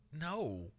No